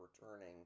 returning